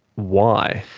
why?